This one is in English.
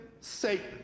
satan